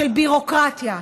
של ביורוקרטיה,